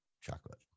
Chocolate